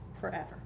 forever